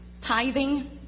tithing